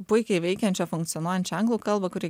puikiai veikiančią funkcionuojančią anglų kalbą kuri